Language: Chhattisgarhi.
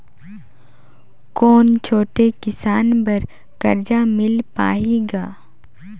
कौन छोटे किसान बर कर्जा मिल पाही ग?